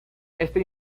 este